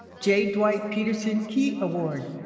j. dwight peterson key award